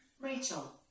Rachel